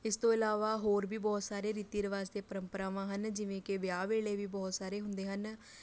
ਇਸ ਤੋਂ ਇਲਾਵਾ ਹੋਰ ਵੀ ਬਹੁਤ ਸਾਰੇ ਰੀਤੀ ਰਿਵਾਜ਼ 'ਤੇ ਪਰੰਪਰਾਵਾਂ ਹਨ ਜਿਵੇਂ ਕਿ ਵਿਆਹ ਵੇਲੇ ਵੀ ਬਹੁਤ ਸਾਰੇ ਹੁੰਦੇ ਹਨ